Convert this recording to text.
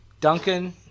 Duncan